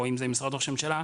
או אם זה משרד ראש הממשלה,